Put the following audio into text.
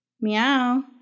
Meow